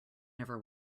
never